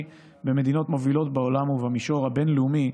במדינות מובילות בעולם ובמישור הבין-לאומי,